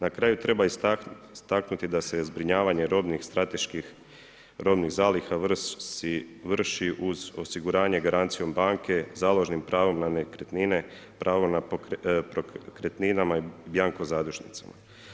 Na kraju treba istaknuti da se je zbrinjavanje robnih strateških robnih zaliha vrši uz osiguranje garancijom banke, založim pravom na nekretnine, pravo na pokretninama i bjanko zadužnicama.